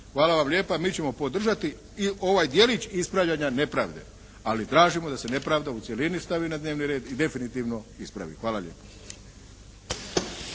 Hvala vam lijepa. Mi ćemo podržati i ovaj djelić ispravljanja nepravde ali tražimo da se nepravda u cjelini stavi na dnevni red i definitivno ispravi. Hvala lijepo.